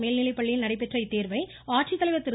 மேல்நிலைப்பள்ளியில் நடைபெற்ற இத்தேர்வை ஆட்சித்தலைர் திரு